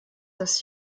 dass